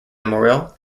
morrill